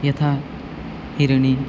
यथा हरिणः